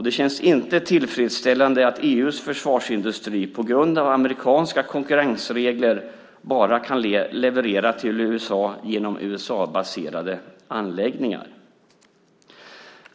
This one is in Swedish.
Det känns inte tillfredsställande att EU:s försvarsindustri på grund av amerikanska konkurrensregler bara kan leverera till USA genom USA-baserade anläggningar.